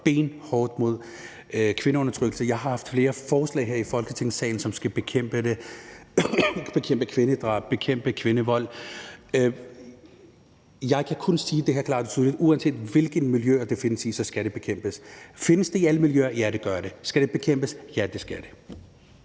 benhårdt mod kvindeundertrykkelse. Jeg har haft flere forslag her i Folketingssalen, som skal bekæmpe det, bekæmpe kvindedrab og bekæmpe kvindevold. Jeg kan kun sige det her klart og tydeligt: Uanset hvilke miljøer det findes i, skal det bekæmpes. Findes det i alle miljøer? Ja, det gør det. Skal det bekæmpes? Ja, det skal det.